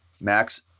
Max